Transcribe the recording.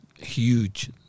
huge